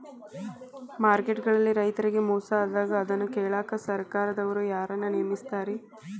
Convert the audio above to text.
Market ಗಳಲ್ಲಿ ರೈತರಿಗೆ ಮೋಸ ಆದಾಗ ಅದನ್ನ ಕೇಳಾಕ್ ಸರಕಾರದವರು ಯಾರನ್ನಾ ನೇಮಿಸಿರ್ತಾರಿ?